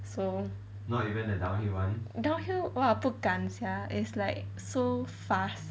so downhill !wah! 不敢 sia is like so fast